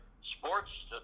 sports